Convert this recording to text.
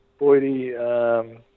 Boydie